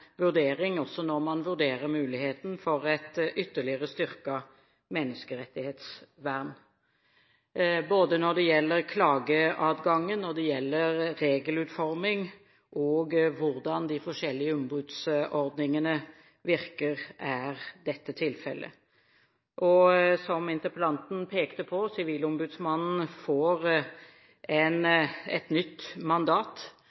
vurdering også når man vurderer muligheten for et ytterligere styrket menneskerettighetsvern. Både når det gjelder klageadgangen, og når det gjelder regelutforming, og hvordan de forskjellige ombudsordningene virker, er dette tilfellet. Som interpellanten pekte på, får Sivilombudsmannen et nytt mandat,